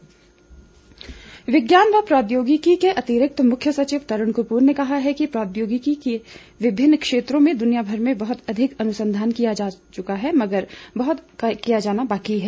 तरूण कप्र विज्ञान व प्रौद्योगिकी के अतिरिक्त मुख्य सचिव तरूण कपूर ने कहा है कि प्रौद्योगिकी के विभिन्न क्षेत्रों में दुनियाभर में बहुत अधिक अनुसंधान किया जा चुका है मगर बहुत किया जाना बाकि है